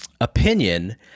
opinion